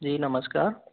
जी नमस्कार